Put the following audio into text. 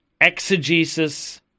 exegesis